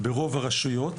ברוב הרשויות.